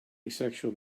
asexual